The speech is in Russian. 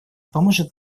поможет